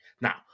Now